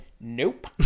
nope